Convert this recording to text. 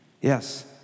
yes